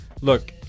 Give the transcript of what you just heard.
Look